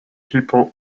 people